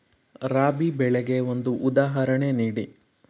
ರಾಬಿ ಬೆಳೆಗೆ ಒಂದು ಉದಾಹರಣೆ ನೀಡಿ